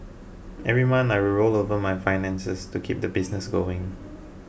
every month I would roll over my finances to keep the business going